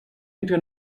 entre